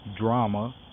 drama